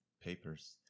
papers